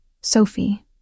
Sophie